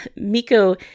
Miko